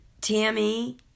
Tammy